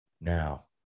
Now